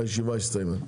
הישיבה הסתיימה.